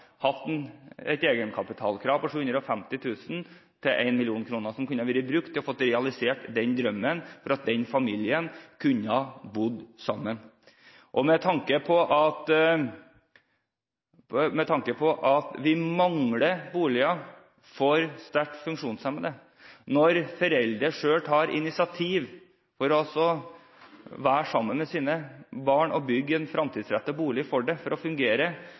hatt et egenkapitalkrav på 750 000–1 mill. kr, som kunne vært brukt til å realisere den drømmen, slik at familien kunne bo sammen. Med tanke på at vi mangler boliger for sterkt funksjonshemmede – og når foreldrene selv tar initiativ for å være sammen med barnet sitt og vil bygge en fremtidsrettet bolig for at det skal kunne fungere